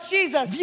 Jesus